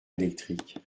électrique